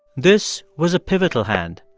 this was a pivotal hand,